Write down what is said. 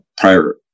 prior